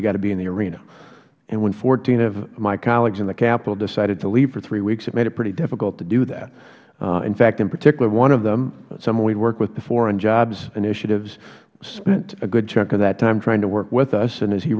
have to be in the arena and when fourteen of my colleagues in the capital decided to leave for three weeks it made it pretty difficult to do that in fact in particular one of them someone we worked with before on jobs initiatives spent a good chunk of that time trying to work with us and as he